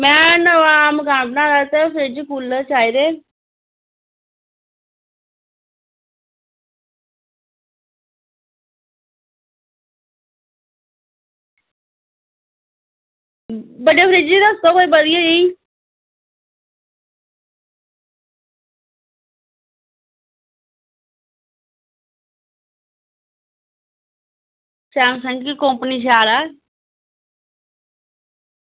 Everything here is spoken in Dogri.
में नमां मकान बनाया ते फ्रिज्ज कुल्लर चाही दे हे बड्डा फ्रिज दस्सो कोई बधिया जेहा सैमसंग दी कंपनी शैल ऐ